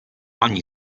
ani